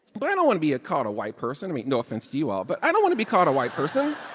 but i don't want to be ah called a white person. i mean, no offense to you all. but i don't want to be called a white person